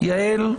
יעל?